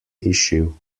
issue